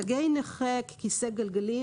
תגי נכה עם כיסא גלגלים,